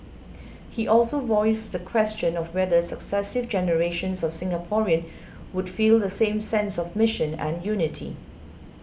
he also voiced the question of whether successive generations of Singaporean would feel the same sense of mission and unity